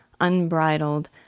unbridled